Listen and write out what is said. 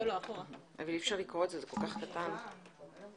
במונחים של מספר קנסות,